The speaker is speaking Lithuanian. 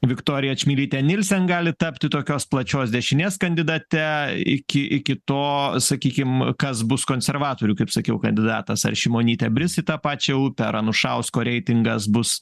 viktorija čmilytė nilsen gali tapti tokios plačios dešinės kandidate iki iki to sakykim kas bus konservatorių kaip sakiau kandidatas ar šimonytė bris į tą pačią upę ar anušausko reitingas bus